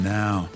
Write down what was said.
now